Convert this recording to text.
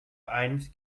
eins